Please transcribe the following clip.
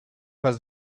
was